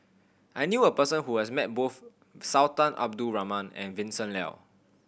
I knew a person who has met both Sultan Abdul Rahman and Vincent Leow